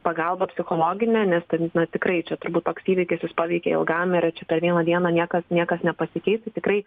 pagalbą psichologinę nes ten žinot tikrai čia turbūt toks įvykis jus paveikia ilgam ir čia per vieną dieną niekas niekas nepasikeis tai tikrai